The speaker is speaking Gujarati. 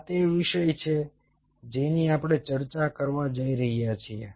આ તે વિષય છે જેની આપણે ચર્ચા કરવા જઈ રહ્યા છીએ